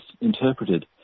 interpreted